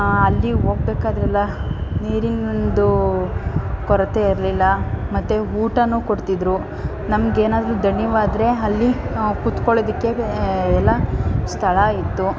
ಅಲ್ಲಿಗೆ ಹೋಗ್ಬೇಕಾದ್ರೆಲ್ಲ ನೀರಿಂದು ಕೊರತೆ ಇರಲಿಲ್ಲ ಮತ್ತು ಊಟನೂ ಕೊಡ್ತಿದ್ದರು ನಮ್ಗೆ ಏನಾದ್ರೂ ದಣಿವಾದರೆ ಅಲ್ಲಿ ನಾವು ಕುತ್ಕೊಳ್ಳೋದಕ್ಕೆ ಎಲ್ಲ ಸ್ಥಳ ಇತ್ತು